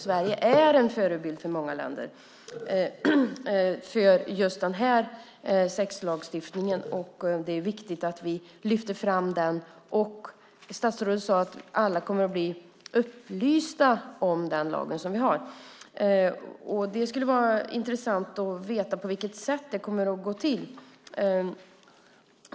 Sverige är en förebild för många länder i fråga om sexlagstiftning och det är viktigt att vi lyfter fram den. Statsrådet sade att alla gäster kommer att bli upplysta om den lagen. Det skulle vara intressant att veta på vilket sätt det kommer att gå till.